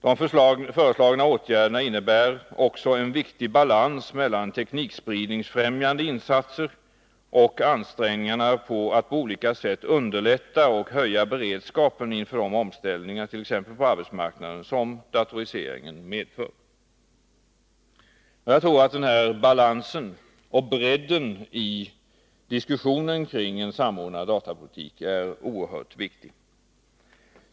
De föreslagna åtgärderna innebär också en viktig balans mellan teknikspridningsfrämjande insatser och ansträngningarna för att på olika sätt underlätta och höja beredskapen inför de omställningar, t.ex. på arbetsmarknaden, som datoriseringen medför. Jag tror att denna balans och bredd i diskussionen kring en samordnad datapolitik är oerhört viktig.